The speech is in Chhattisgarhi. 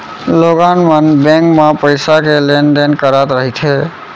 लोगन मन बेंक म पइसा के लेन देन करत रहिथे